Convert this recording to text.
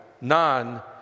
none